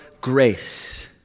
grace